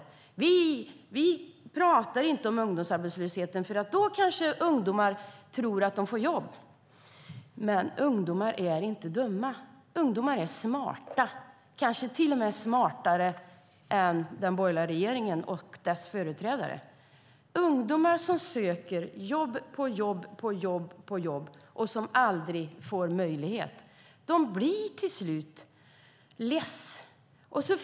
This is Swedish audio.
Vi pratar inte om ungdomsarbetslösheten, eftersom ungdomar då kanske tror att de får jobb. Men ungdomar är inte dumma. Ungdomar är smarta och kanske till och med smartare än den borgerliga regeringen och dess företrädare. Ungdomar som söker jobb efter jobb och som aldrig får en möjlighet blir till slut less.